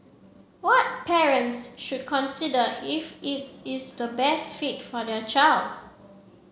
what parents should consider if is is the best fit for their child